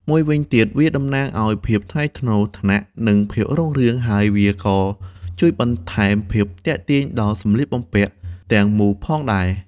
មួយវិញទៀត វាតំណាងឲ្យ ភាពថ្លៃថ្នូរ ឋានៈ និងភាពរុងរឿង ហើយវាក៏ជួយបន្ថែមភាពទាក់ទាញដល់សម្លៀកបំពាក់ទាំងមូលផងដែរ។